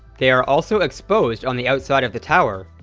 they are also exposed on the outside of the tower,